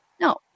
No